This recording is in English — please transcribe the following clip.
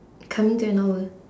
coming to an hour